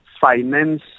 finance